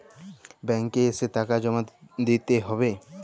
Bank এ এসে টাকা জমা দিতে হবে?